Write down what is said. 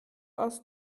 aus